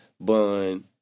Bun